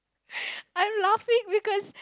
I laughing because